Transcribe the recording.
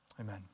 Amen